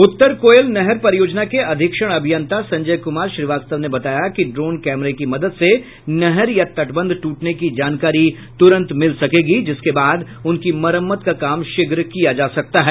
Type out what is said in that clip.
उत्तर कोयल नहर परियोजना के अधीक्षण अभियंता संजय कुमार श्रीवास्तव ने बताया कि ड्रोन कैमरे की मदद से नहर या तटबंध ट्रटने की जानकारी तुरंत मिल सकेगी जिसके बाद उनकी मरम्मत का काम शीघ्र किया जा सकता है